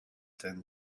tend